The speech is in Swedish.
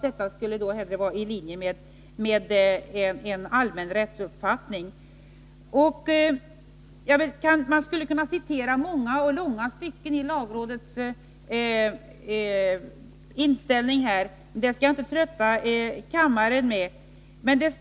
Detta skulle vara bättre i linje med allmän rättsuppfattning. Man skulle kunna citera lagrådets inställning i många och långa stycken, men jag skall inte trötta kammaren med det.